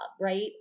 right